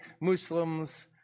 Muslims